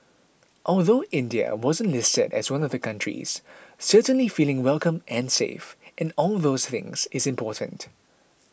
although India wasn't listed as one of the countries certainly feeling welcome and safe and all those things is important